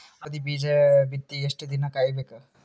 ಗೋಧಿ ಬೀಜ ಬಿತ್ತಿ ಎಷ್ಟು ದಿನ ಕಾಯಿಬೇಕು?